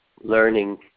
learning